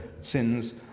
sins